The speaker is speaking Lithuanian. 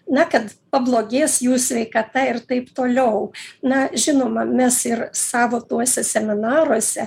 na kad pablogės jų sveikata ir taip toliau na žinoma mes ir savo tuose seminaruose